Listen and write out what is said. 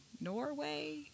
Norway